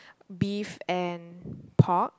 beef and pork